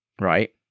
Right